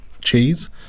cheese